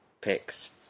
picks